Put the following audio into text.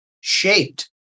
shaped